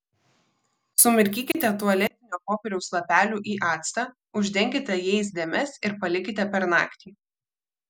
sumirkykite tualetinio popieriaus lapelių į actą uždenkite jais dėmes ir palikite per naktį